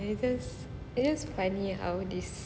it's just it's just funny how this